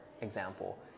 example